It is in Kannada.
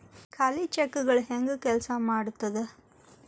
ಖಾಲಿ ಚೆಕ್ಗಳ ಹೆಂಗ ಕೆಲ್ಸಾ ಮಾಡತದ?